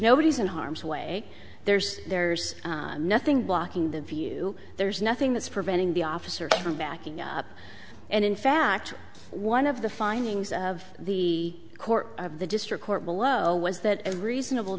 nobody is in harm's way there's there's nothing blocking the view there's nothing that's preventing the officers from backing up and in fact one of the findings of the court of the district court below was that reasonable